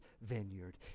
vineyard